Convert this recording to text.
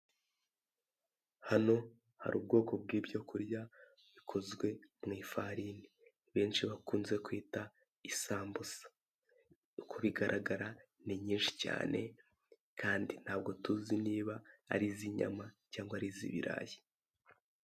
Hano hari ubwoko bw'ibyo kurya, bikozwe mu ifarini. Benshi bakunze kwita isambusa. Uko bigaragara, ni nyinshi cyane, kandi ntabwo tuzi niba ari iz'inyama cyangwa ari iz'ibirayi.